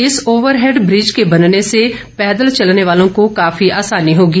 इस overhead bridge के बनने से पैदल चलने वालों को काफी आसानी होगी